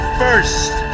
first